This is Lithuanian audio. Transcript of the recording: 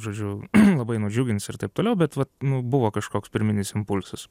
žodžiu labai nudžiugins ir taip toliau bet vat nu buvo kažkoks pirminis impulsas